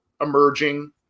emerging